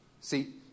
See